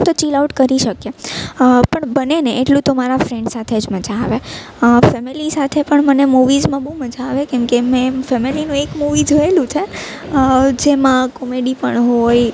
તો chill out કરી શકીએ પણ બને ને એટલું તો મારા ફ્રેન્ડ સાથે જ મજા આવે ફેમિલી સાથે પણ મને મુવીઝમાં બહુ મજા આવે કેમકે મેં ફેમિલીનું એક મુવી જોયેલું છે જેમાં કોમેડી પણ હોય